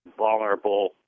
Vulnerable